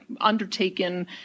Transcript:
undertaken